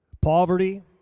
Poverty